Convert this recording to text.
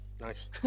Nice